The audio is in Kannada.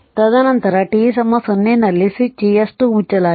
ತದನಂತರ t 0 ನಲ್ಲಿ ಸ್ವಿಚ್ S 2 ಮುಚ್ಚಲಾಗಿದೆ